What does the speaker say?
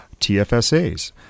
TFSAs